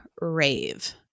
rave